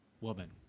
Woman